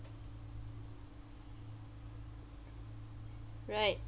right